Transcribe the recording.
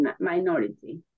minority